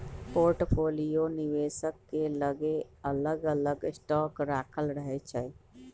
portfolio निवेशक के लगे अलग अलग स्टॉक राखल रहै छइ